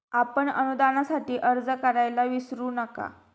आपण अनुदानासाठी अर्ज करायला विसरू नका